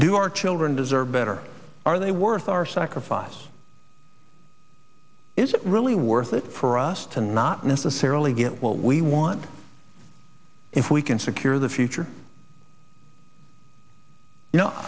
do our children deserve better are they worth our sacrifice is it really worth it for us to not necessarily get what we want if we can secure the future y